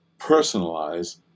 Personalize